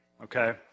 okay